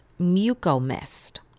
mucomist